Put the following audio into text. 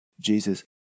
Jesus